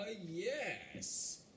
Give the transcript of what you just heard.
yes